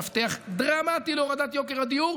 מפתח דרמטי להורדת יוקר הדיור,